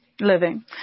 living